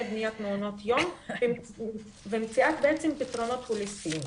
בניית מעונות יום ומציאת פתרונות הוליסטיים.